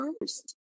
first